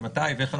ומתי ואיך,